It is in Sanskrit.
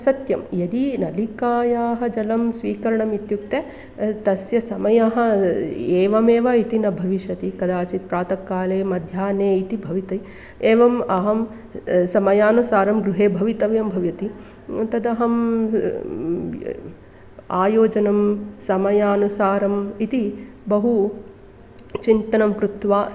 सत्यं यदि नलिकायाः जलं स्वीकरणमित्युक्ते तस्य समयः एवमेव इति न भविष्यति कदाचित् प्रातकाले मध्याह्ने इति भवति एवम् अहं समयानुसारं गृहे भवितव्यं भवति तदहम् आयोजनं समयानुसारम् इति बहु चिन्तनं कृत्वा